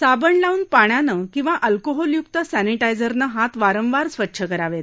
साबण लावून पाण्यानं किंवा अल्कोहोलयुक्त सॅनिटा झिरनं हात वारंवार स्वच्छ करावेत